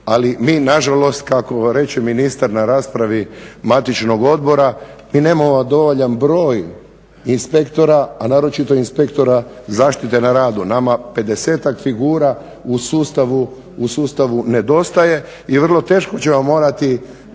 Ali mi na žalost kako reče ministar na raspravi matičnog odbora mi nemamo dovoljan broj inspektora, a naročito inspektora zaštite na radu. Nama pedesetak figura u sustavu nedostaje i vrlo teško ćemo dozvoliti